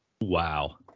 Wow